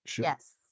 Yes